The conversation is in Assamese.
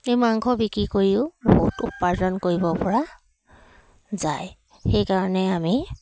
সেই মাংস বিকি কৰিও বহুত উপাৰ্জন কৰিব পৰা যায় সেইকাৰণে আমি